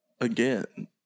again